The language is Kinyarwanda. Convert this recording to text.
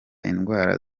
indwara